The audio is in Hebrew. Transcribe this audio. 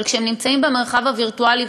אבל כשהם נמצאים במרחב הווירטואלי,